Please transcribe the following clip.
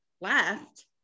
left